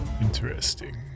Interesting